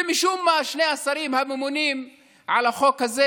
ומשום מה שני השרים הממונים על החוק הזה,